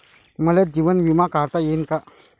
मले जीवन बिमा काढता येईन का?